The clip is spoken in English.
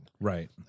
Right